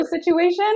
situation